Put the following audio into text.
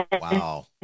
Wow